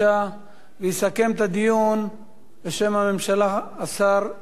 ויסכם את הדיון בשם הממשלה השר יעקב מרגי.